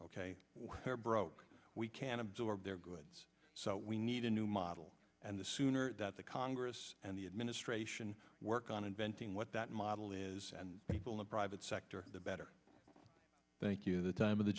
they're broke we can't absorb their goods so we need a new model and the sooner that the congress and the administration work on inventing what that model is and people in the private sector the better thank you the time of the